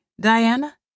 Diana